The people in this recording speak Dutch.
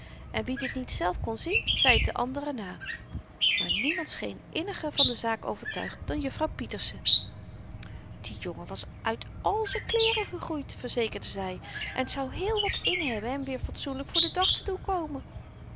en wie dit niet zelf kon zien zei t den anderen na maar niemand scheen inniger van de zaak overtuigd dan juffrouw pieterse de jongen was uit al z'n kleeren gegroeid verzekerde zy en t zou heel wat in hebben hem weer fatsoenlyk voor den dag te doen komen